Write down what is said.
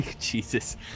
Jesus